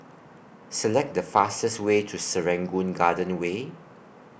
Select The fastest Way to Serangoon Garden Way